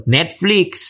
Netflix